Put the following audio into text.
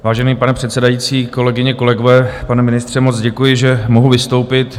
Vážený pane předsedající, kolegyně, kolegové, pane ministře, moc děkuji, že mohu vystoupit.